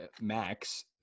Max